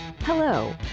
Hello